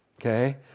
okay